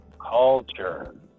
culture